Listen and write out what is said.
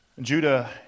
Judah